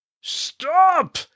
Stop